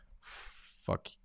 fuck